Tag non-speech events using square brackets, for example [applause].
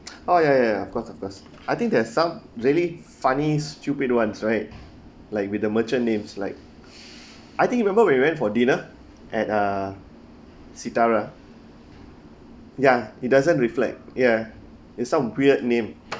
[noise] oh ya ya ya of course of course I think there are some really funny stupid ones right like with the merchant names like I think remember when we went for dinner at uh sitara ya it doesn't reflect ya it shown weird name